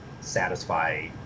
satisfy